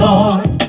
Lord